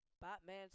Batman